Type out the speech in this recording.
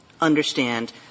Understand